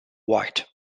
white